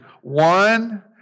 one